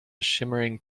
shimmering